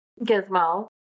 Gizmo